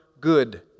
good